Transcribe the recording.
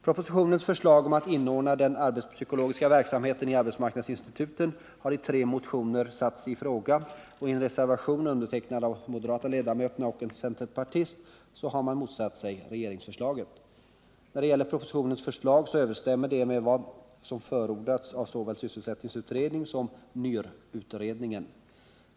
Propositionens förslag att inordna den arbetspsykologiska verksamheten i arbetsmarknadsinstituten har i motionen satts i fråga, och i en reservation, undertecknad av de moderata ledamöterna och en centerpartist, har man motsatt sig regeringsförslaget. Propositionens förslag överensstämmer med vad som förordats av såväl sysselsättningsutredningen som NYR-utredningen.